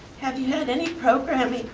have you had any programming,